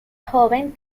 joven